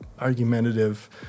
argumentative